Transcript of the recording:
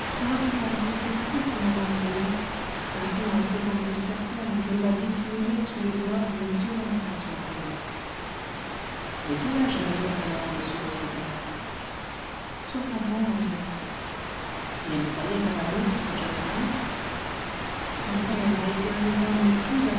l'influence excessive de mme roland influence d'autant plus certaine qu'elle la dissimulait sous les dehors d'une violente passion pour lui mais quel âge avait donc alors monsieur votre père soixante ans environ et il croyait à l'amour de cette jeune femme mon père a été un des hommes les plus